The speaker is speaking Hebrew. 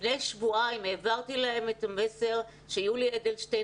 לפני שבועיים העברתי להם את המסר שיולי אדלשטיין